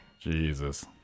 Jesus